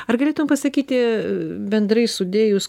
ar galėtum pasakyti bendrai sudėjus